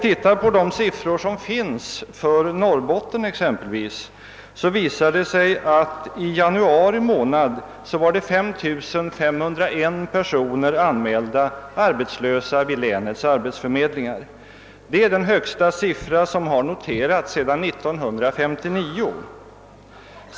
Exempelvis i Norrbotten redovisas nu att det i januari månad fanns 5501 personer anmälda som arbetslösa vid länets arbetsförmedlingar. Det är den högsta siffra som har noterats sedan 1959.